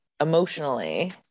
emotionally